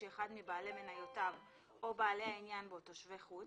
שאחד מבעלי מניותיו או בעלי העניין בו תושבי חוץ,